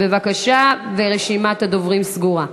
בבקשה, ורשימת הדוברים סגורה.